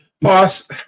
boss